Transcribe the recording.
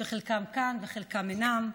שחלקם כאן וחלקם אינם,